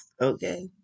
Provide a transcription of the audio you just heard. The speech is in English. Okay